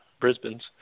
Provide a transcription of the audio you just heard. Brisbane's